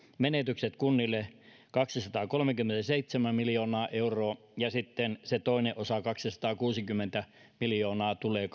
menetykset kunnille kaksisataakolmekymmentäseitsemän miljoonaa euroa ja sitten se toinen osa kaksisataakuusikymmentä miljoonaa tulee